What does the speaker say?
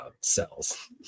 cells